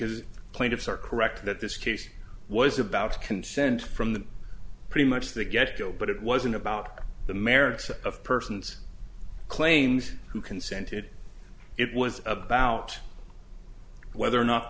as plaintiffs are correct that this case was about consent from the pretty much the get go but it wasn't about the merits of persons claims who consented it was about whether or not